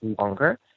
longer